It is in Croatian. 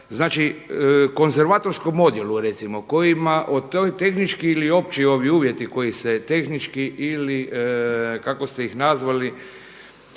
znači konzervatorskom odijelu recimo kojima ti tehnički ili opći ovi uvjeti koji se tehnički ili kako ste ih nazvali